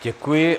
Děkuji.